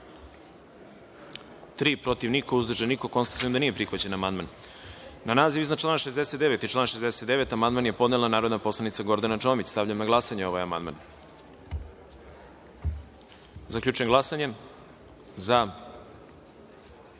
protiv – niko, uzdržanih – nema. Konstatujem da nije prihvaćen amandman. Na član naziv iznad člana 67. i član 67. amandman je podnela narodna poslanica Gordana Čomić. Stavljam na glasanje ovaj amandman. Zaključujem glasanje i